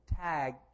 tag